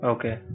Okay